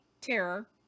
terror